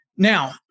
Now